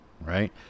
right